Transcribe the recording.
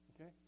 Okay